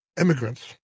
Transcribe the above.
immigrants